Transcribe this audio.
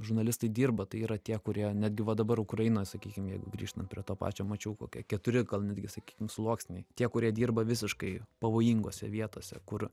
žurnalistai dirba tai yra tie kurie netgi va dabar ukrainoj sakykim jeigu grįžtant prie to pačio mačiau kokie keturi gal netgi sakykim sluoksniai tie kurie dirba visiškai pavojingose vietose kur